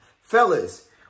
Fellas